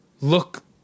look